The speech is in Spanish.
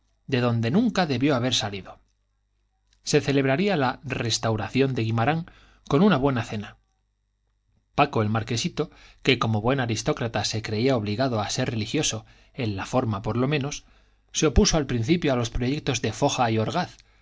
de donde nunca debió haber salido se celebraría la restauración de guimarán con una buena cena paco el marquesito que como buen aristócrata se creía obligado a ser religioso en la forma por lo menos se opuso al principio a los proyectos de foja y orgaz